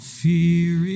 fear